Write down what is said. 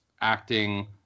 acting